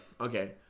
Okay